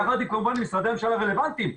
יחד כמובן עם משרדי הממשלה הרלוונטיים,